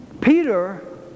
Peter